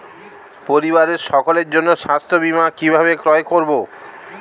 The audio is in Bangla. পরিবারের সকলের জন্য স্বাস্থ্য বীমা কিভাবে ক্রয় করব?